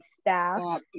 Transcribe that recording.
staff